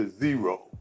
zero